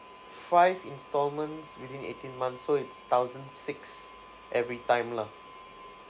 five installments within eighteen months so it's thousand six every time lah